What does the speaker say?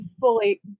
fully